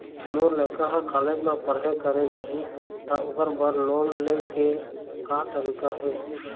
मोर लइका हर कॉलेज म पढ़ई करे जाही, त ओकर बर लोन ले के का तरीका हे?